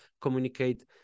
communicate